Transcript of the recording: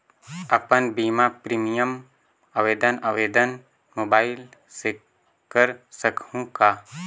अपन बीमा प्रीमियम आवेदन आवेदन मोबाइल से कर सकहुं का?